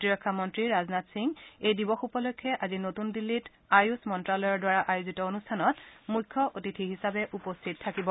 প্ৰতিৰক্ষা মন্ত্ৰী ৰাজনাথ সিং এই দিৱস উপলক্ষে আজি নতুন দিল্লীত আযুষ মন্ত্ৰালয়ৰ দ্বাৰা আয়োজিত অনুষ্ঠানত মুখ্য অতিথি হিচাপে উপস্থিত থাকিব